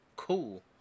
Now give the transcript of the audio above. cool